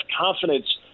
confidence